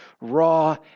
raw